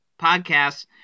podcasts